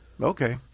Okay